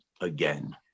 again